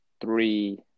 three